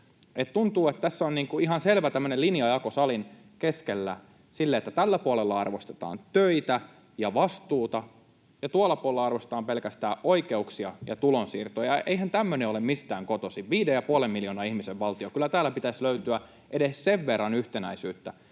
Tuntuu, että tässä on ihan selvä linjajako salin keskellä silleen, että tällä puolella arvostetaan töitä ja vastuuta ja tuolla puolella arvostetaan pelkästään oikeuksia ja tulonsiirtoja. Eihän tämmöinen ole mistään kotoisin. 5,5 miljoonan ihmisen valtio — kyllä täältä pitäisi löytyä edes sen verran yhtenäisyyttä,